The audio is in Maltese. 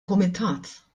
kumitat